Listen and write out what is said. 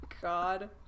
God